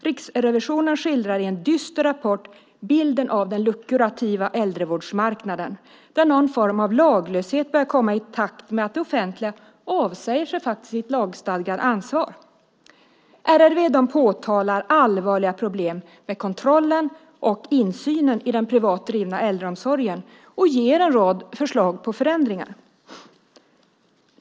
Riksrevisionen skildrar i en dyster rapport bilden av den lukrativa äldrevårdsmarknaden där någon form av laglöshet börjar komma, i takt med att det offentliga faktiskt avsäger sig sitt lagstadgade ansvar. RRV påtalar allvarliga problem med kontrollen och insynen i den privat drivna äldreomsorgen och kommer med en rad förslag om förändringar.